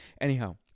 Anyhow